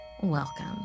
welcome